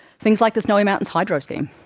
things like the snowy mountains hydro scheme,